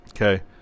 Okay